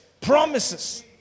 Promises